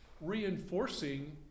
reinforcing